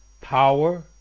power